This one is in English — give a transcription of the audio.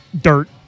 dirt